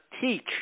teach